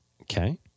Okay